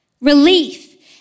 relief